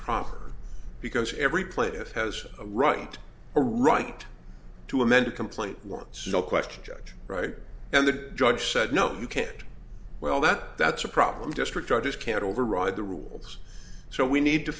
proper because every plaintiff has a right a right to amend a complaint wants no question judge wright and the judge said no you can't well that that's a problem district judges can't override the rules so we need to